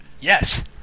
yes